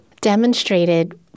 demonstrated